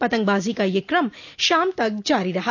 पतंगबाजो का यह क्रम शाम तक जारी रहा